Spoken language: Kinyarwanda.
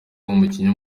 umukinnyi